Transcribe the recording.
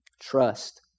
trust